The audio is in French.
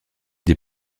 des